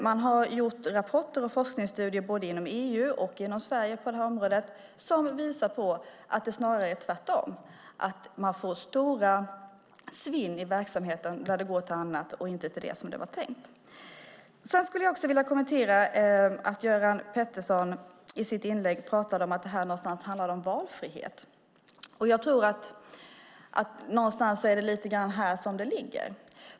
Man har gjort rapporter och forskningsstudier både inom EU och inom Sverige på detta område som visar att det snarare är tvärtom. Man får stora svinn i verksamheten när pengarna går till annat än det som var tänkt. Jag vill också kommentera att Göran Pettersson i sitt inlägg pratade om att detta någonstans handlar om valfrihet. Jag tror att det är här det ligger.